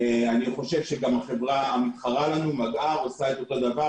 ואני חושב שגם החברה המתחרה לנו מגער עושה אותו דבר,